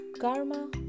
karma